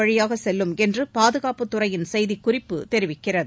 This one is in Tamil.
வழிபாக செல்லும் என்று பாதுகாப்புத் துறையின் செய்திக்குறிப்பு தெரிவிக்கிறது